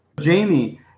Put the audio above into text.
Jamie